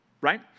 right